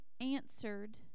answered